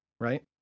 right